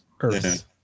Earth